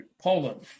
Poland